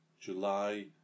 July